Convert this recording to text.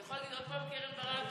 אתה יכול להגיד עוד פעם קרן ברק?